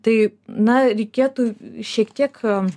tai na reikėtų šiek tiek